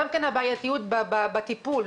גם הבעייתיות בטיפול.